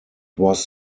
was